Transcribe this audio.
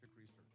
research